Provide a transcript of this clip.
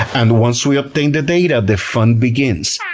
and once we obtain the data, the fun begins